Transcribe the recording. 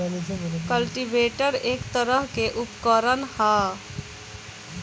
cultivator एक तरह के उपकरण ह